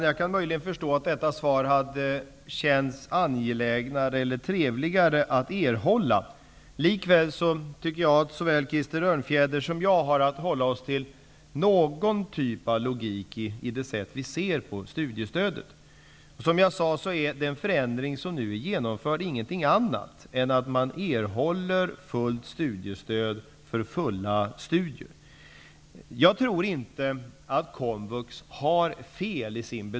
Jag kan möjligen förstå att detta svar hade känts angelägnare och trevligare att erhålla. Likväl har såväl Krister Örnfjäder som jag att hålla oss till någon typ av logik i det sätt som vi ser på studiestödet. Som jag sade innebär den förändring som nu är genomförd ingenting annat än att man erhåller fullt studiestöd för fulla studier.